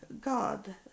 God